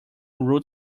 root